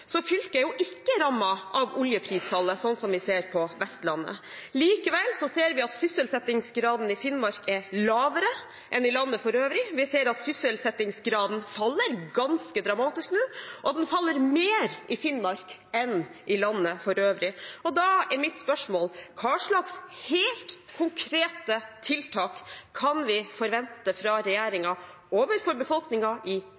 så fylket er ikke rammet av oljeprisfallet, sånn som vi ser på Vestlandet. Likevel ser vi at sysselsettingsgraden i Finnmark er lavere enn i landet for øvrig. Vi ser at sysselsettingsgraden faller ganske dramatisk nå, og at den faller mer i Finnmark enn i landet for øvrig. Da er mitt spørsmål: Hvilke helt konkrete tiltak kan vi forvente fra regjeringen overfor befolkningen i